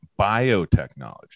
biotechnology